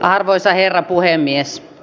arvoisa herra puhemies